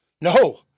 No